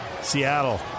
Seattle